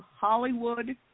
Hollywood